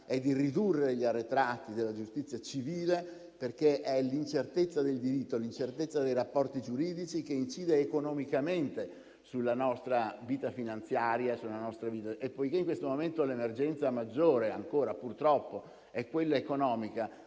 è di ridurre gli arretrati della giustizia civile, perché è l'incertezza del diritto, l'incertezza dei rapporti giuridici che incide economicamente sulla nostra vita finanziaria e poiché in questo momento l'emergenza maggiore è ancora purtroppo quella economica,